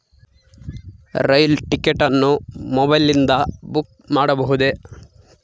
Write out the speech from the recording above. ರೈಲು ticket ಅನ್ನು ಮೊಬೈಲಿಂದ book ಮಾಡಬಹುದೆ?